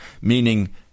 meaning